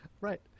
Right